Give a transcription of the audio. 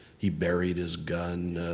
he buried his gun